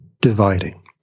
dividing